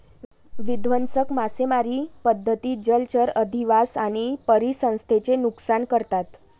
विध्वंसक मासेमारी पद्धती जलचर अधिवास आणि परिसंस्थेचे नुकसान करतात